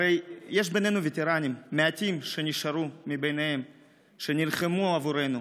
הרי יש בינינו וטרנים מעטים שנשארו מהם ושנלחמו עבורנו.